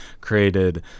created